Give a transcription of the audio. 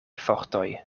fortoj